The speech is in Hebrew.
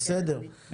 בסדר.